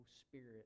Spirit